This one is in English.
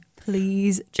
Please